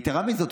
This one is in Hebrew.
יתרה מזאת,